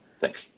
Thanks